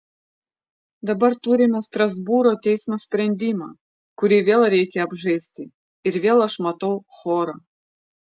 dabar turime strasbūro teismo sprendimą kurį vėl reikia apžaisti ir vėl aš matau chorą